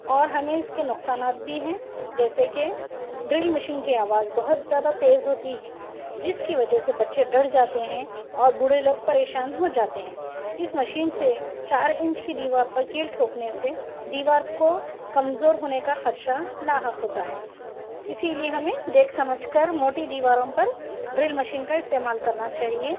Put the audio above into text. اور ہمیں اس کے نقصانات بھی ہیں جیسے کہ ڈرل مشین کی آواز بہت زیادہ تیز ہوتی ہے جس کی وجہ سے بچے ڈر جاتے ہیں اور بوڑھے لوگ پریشان ہو جاتے ہیں اس مشین سے چار انچ کی دیوار پر کیل ٹھوکنے سے دیوار کو کمزور ہونے کا خدشہ لاحق ہوتا ہے اسی لئے ہمیں دیکھ سمجھ کر موٹی دیواروں پر ڈرل مشین کا استعمال کرنا چاہیے